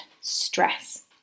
stress